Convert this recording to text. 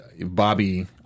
Bobby